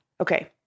Okay